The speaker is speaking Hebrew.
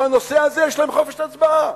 בנושא הזה, יש להם חופש הצבעה.